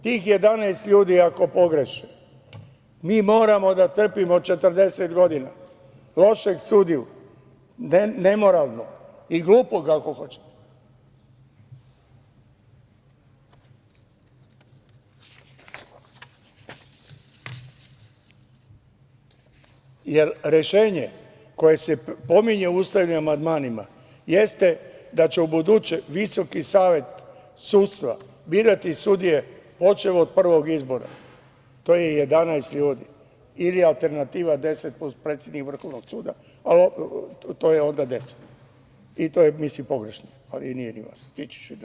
Tih 11 ljudi ako pogreše mi moramo da trpimo 40 godina lošeg sudiju, nemoralnog i glupog ako hoćete, jer rešenje koje se pominje u ustavnim amandmanima jeste da će u buduće Visoki savet sudstva birati sudije počev od prvog izbora, a to je 11 ljudi ili je alternativa 10 plus predsednik Vrhovnog suda, to je onda 10 i to je, mislim, pogrešno, ali nije ni važno.